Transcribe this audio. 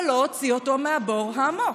אבל לא הוציא אותו מהבור העמוק.